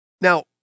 Now